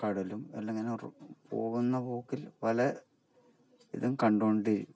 കടലും എല്ലാം ഇങ്ങനെ പോകുന്ന പോക്കിൽ പല ഇതും കണ്ടുകൊണ്ട്